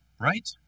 Right